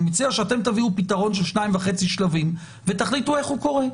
אני מציע שאתם תביאו פתרון של שניים וחצי שלבים ותחליטו איך הוא קורה.